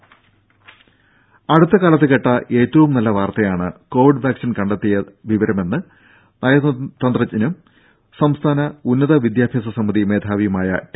രംഭ അടുത്തകാലത്ത് കേട്ട ഏറ്റവും നല്ല വാർത്തയാണ് കോവിഡ് വാക്സിൻ കണ്ടെത്തിയെന്ന വിവരമെന്ന് നയതന്ത്രജ്ഞനും സംസ്ഥാന ഉന്നത വിദ്യാഭ്യാസ സമിതി മേധാവിയുമായ ടി